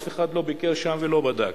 אף אחד לא ביקר שם ולא בדק.